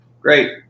Great